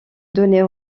donner